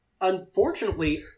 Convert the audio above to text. unfortunately